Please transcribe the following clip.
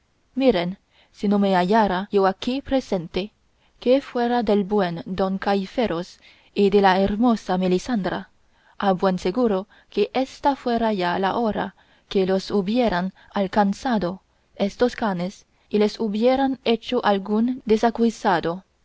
miren si no me hallara yo aquí presente qué fuera del buen don gaiferos y de la hermosa melisendra a buen seguro que ésta fuera ya la hora que los hubieran alcanzado estos canes y les hubieran hecho algún